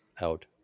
out